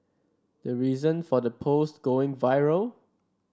the reason for the post going viral